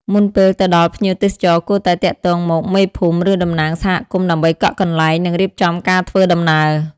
មុនពេលទៅដល់ ភ្ញៀវទេសចរគួរតែទាក់ទងមក មេភូមិ ឬតំណាងសហគមន៍ដើម្បីកក់កន្លែង និងរៀបចំការធ្វើដំណើរ។